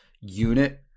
unit